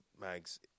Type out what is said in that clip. mags